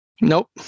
nope